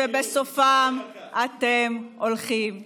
ובסופם אתם הולכים הביתה.